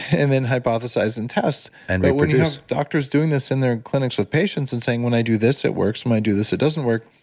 and then hypothesize and test and reproduce but when you have doctors doing this in their clinics with patients and saying, when i do this, it works. um i do this, it doesn't work,